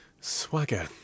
swagger